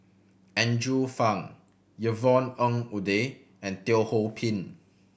Andrew Phang Yvonne Ng Uhde and Teo Ho Pin